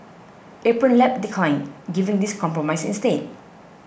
Apron Lab declined giving this compromise instead